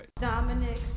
Dominic